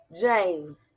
James